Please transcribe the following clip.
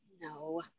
No